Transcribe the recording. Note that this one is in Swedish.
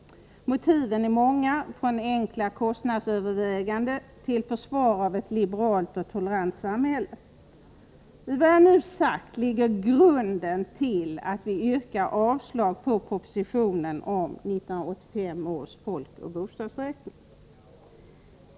Motiven är många — från enkla kostnadsöverväganden till försvar av ett liberalt och tolerant samhälle. I vad jag nu sagt ligger grunden till att vi yrkar avslag på propositionen om 1985 års folkoch bostadsräkning.